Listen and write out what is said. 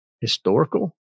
historical